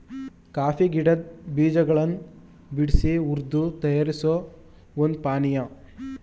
coffee ಗಿಡದ್ ಬೀಜಗಳನ್ ಬಿಡ್ಸಿ ಹುರ್ದು ತಯಾರಿಸೋ ಒಂದ್ ಪಾನಿಯಾ